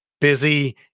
Busy